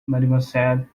mademoiselle